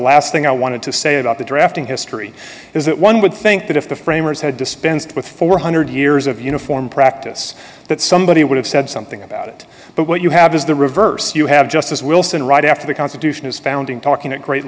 last thing i wanted to say about the drafting history is that one would think that if the framers had dispensed with four hundred years of uniform practice that somebody would have said something about it but what you have is the reverse you have justice wilson right after the constitution is founding talking at great